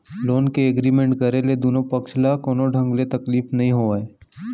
loan के agreement करे ले दुनो पक्छ ल कोनो ढंग ले तकलीफ नइ होवय